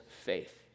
faith